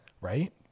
right